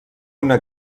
una